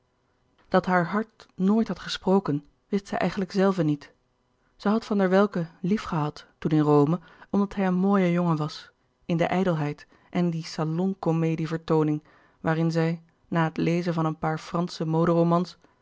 dat haar hart nooit had gesproken wist zij eigenlijk zelve niet zij had van der welcke lief gehad toen in rome omdat hij een mooie jongen was in de ijdelheid en die salonkomedie vertooning waarin zij na het lezen van een paar fransche